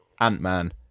Ant-Man